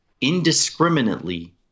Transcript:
indiscriminately